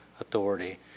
Authority